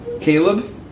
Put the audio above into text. Caleb